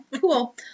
cool